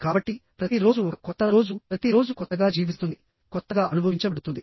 కాబట్టి ప్రతి రోజు ఒక కొత్త రోజు ప్రతి రోజు కొత్తగా జీవిస్తుంది కొత్తగా అనుభవించబడుతుంది